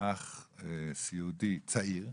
אח סיעודי צעיר,